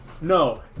No